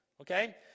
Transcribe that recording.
okay